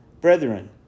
Brethren